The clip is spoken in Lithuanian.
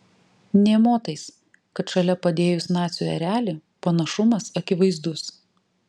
nė motais kad šalia padėjus nacių erelį panašumas akivaizdus